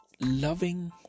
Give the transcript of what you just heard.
loving